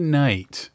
night